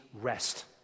rest